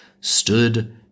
stood